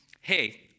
hey